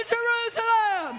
Jerusalem